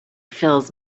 fills